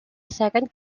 second